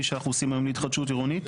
שאנחנו עושים היום בהתחדשות עירונית,